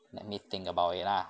let me think about it lah